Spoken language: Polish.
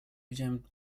widziałem